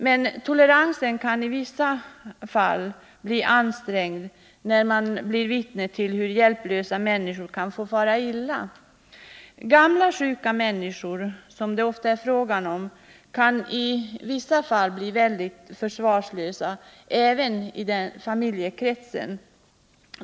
Men toleransen kan i vissa fall bli ansträngd, när man blir vittne till hur hjälplösa människor kan få fara illa. Gamla, sjuka människor, som det ofta är fråga om, kan i vissa fall vara väldigt försvarslösa även i familjekretsen.